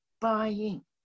buying